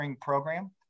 program